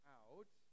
out